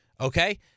okay